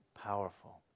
powerful